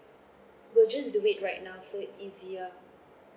we'll just do it right now so it's easier